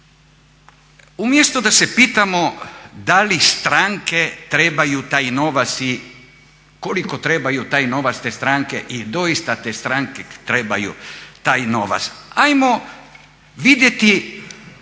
Umjesto da se pitamo da li stranke trebaju taj novac i koliko trebaju taj novac te stranke i da li doista te stranke trebaju taj novac ajmo vidjeti